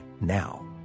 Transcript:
now